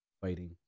fighting